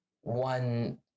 one